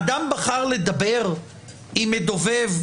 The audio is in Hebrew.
אדם בחר לדבר עם מדובב,